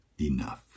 enough